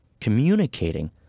communicating